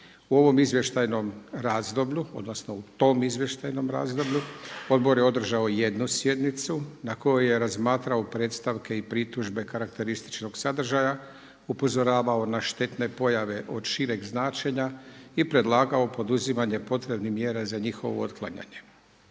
U ovom izvještajnom razdoblju, odnosno u tom izvještajnom razdoblju, Odbor je održao jednu sjednicu na kojoj je razmatrao predstavke i pritužbe karakterističnog sadržaja, upozoravao na štetne pojave od šireg značenja i predlagao poduzimanje potrebnih mjera za njihovo otklanjanje.